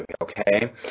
okay